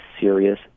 serious